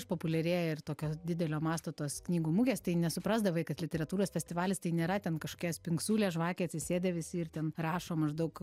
išpopuliarėję ir tokio didelio masto tos knygų mugės tai nesuprasdavai kad literatūros festivalis tai nėra ten kažkokia spingsulė žvakė atsisėdę visi ir ten rašo maždaug